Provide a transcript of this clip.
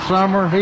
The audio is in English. Summer